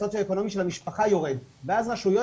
הסוציו-אקונומי של המשפחה יורד ואז רשויות